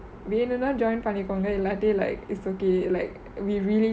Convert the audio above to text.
வேணுனா:venunaa join பன்னிக்கோங்க இல்லாட்டி:pannikonge illati like it's ok like we really